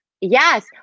Yes